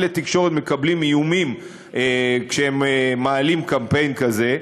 כלי תקשורת מקבלים איומים כשהם מעלים קמפיין כזה,